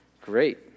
great